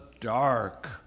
dark